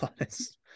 honest